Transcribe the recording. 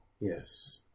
Yes